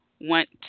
want